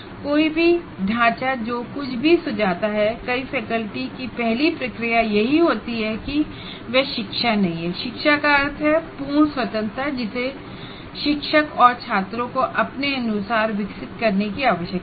कोई भी ढांचा जो कुछ भी सुझाता है कई फैकेल्टी की पहली प्रतिक्रिया यही होती है की वह शिक्षा नहीं है शिक्षा का अर्थ है पूर्ण स्वतंत्रता जिसे शिक्षक और छात्रों को अपने अनुसार विकसित करने की आवश्यकता है